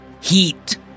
Heat